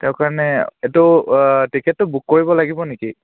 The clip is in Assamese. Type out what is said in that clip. তেওঁৰ কাৰণে এইটো টিকেটটো বুক কৰিব লাগিব নেকি